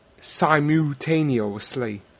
simultaneously